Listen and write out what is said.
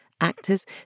Actors